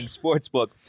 Sportsbook